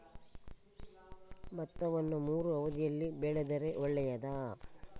ಭತ್ತವನ್ನು ಮೂರೂ ಅವಧಿಯಲ್ಲಿ ಬೆಳೆದರೆ ಒಳ್ಳೆಯದಾ?